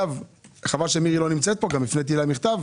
חבר שמירי לא נמצאת פה הפניתי אליה מכתב,